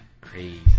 Crazy